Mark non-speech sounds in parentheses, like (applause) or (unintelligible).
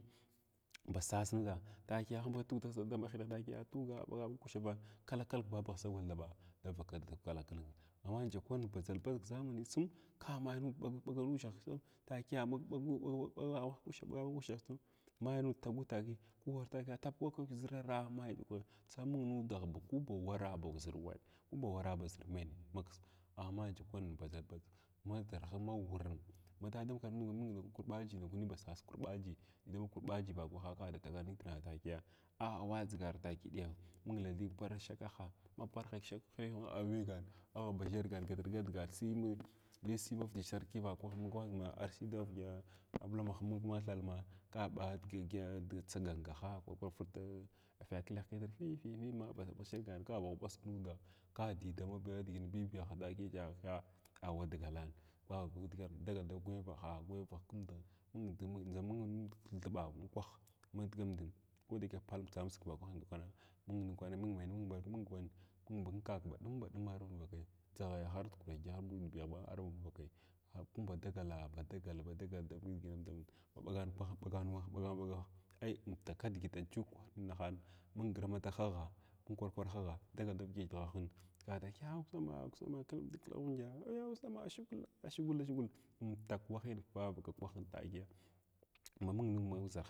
Ba sas nud takiya ahnbaga hineha tughw saha sas takiya tughwa ɓaga bag kushava kalga kalg babagh sagwau thaba savak dada kva kalag kalgin amma aja kwanin badʒal badʒvig ʒamani tsim ka mai nud ɓagak ushav takiya (unintelligible) ɓaga ɓag kushav tsim mai nud tugud takiya kiʒirara mai ndakwani ndʒa mung nudah ndʒa ku ba wara baʒirwa kaba war baʒir menyi maks amma jakwanin badʒal badʒig kis maʒurlis ma wurin mada dama makaranta ma mung karba ndakwani ba sas kurbaji didan kwabaji vakwaha kada taganitra takiya awa dʒigar takiya ɗiyava mung tha li ban shakgha ma baghni kishva awagan abaʒhargan gatr gatga sima lisimavyədya sarki vakwahna mung ar sayi davadyə bnlamah mung ma thakhma ka ɓa dga dga dga tsa ngangaha kwar kwar aha fitr fyəkikh kifr fififi ba shagr kal ba ghuɓasg kudaha ka di dama da diginah b biyah takiya ah awadagakn varakn dagal da gwayavan dagavayaran kunda nunda dʒa mung nud thiɓa unkwah madgaudin kodayake pal amtsamtsig vakwahin ndakwana mung wan mung menya mung ban kako badum baɗum arba manvakaya, dʒaghaya arda kwagiya and dyeɓa arbamanvakai kum ba dagal badagala ba dagal da (unintelligible) baɓagan kwaha ɓagan kwah ay untakg digit sai aym kudahan mung gramataha mung kwar karahaga dagal da vyəda dughwahin ka takiya ussama, ussam kal klaghunj aya ussama shagula shagul shagul anfuk wahin varaka krahin takiya ma mung zarha.